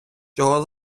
чого